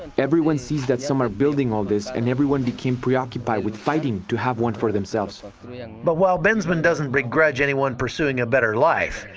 and everyone sees that some are building all this and everyone became preoccupied with fighting to have one for themselves. ah reporter and but while bensman doesn't begrudge anyone pursuing a better life,